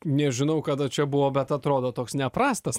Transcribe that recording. nežinau kada čia buvo bet atrodo toks neprastas